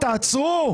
תעצרו.